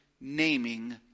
naming